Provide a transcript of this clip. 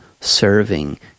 serving